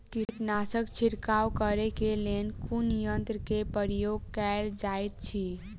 कीटनासक छिड़काव करे केँ लेल कुन यंत्र केँ प्रयोग कैल जाइत अछि?